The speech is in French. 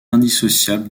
indissociable